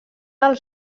del